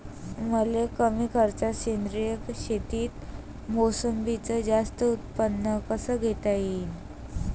मले कमी खर्चात सेंद्रीय शेतीत मोसंबीचं जास्त उत्पन्न कस घेता येईन?